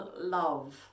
love